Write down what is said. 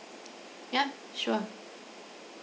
yeah sure